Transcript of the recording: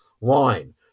line